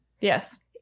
Yes